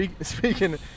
Speaking